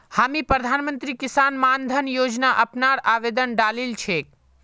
हामी प्रधानमंत्री किसान मान धन योजना अपनार आवेदन डालील छेक